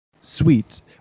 sweet